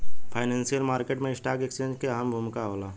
financial market में stock exchange के अहम भूमिका होला